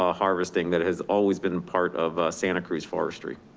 ah harvesting that has always been part of, santa cruz forestry.